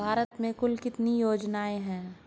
भारत में कुल कितनी योजनाएं हैं?